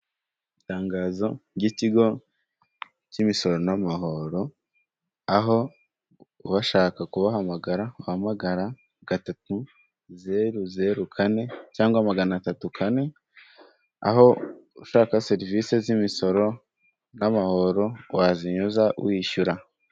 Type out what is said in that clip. Itangazo ry'ikigo cy'imisoro n'amahoro, aho uwashaka kubahamagara uhamagara gatatu zeru zeru kane cyangwa magana atatu kane, aho ushaka serivisi z'imisoro n'amahoro wazinyuza wishyura.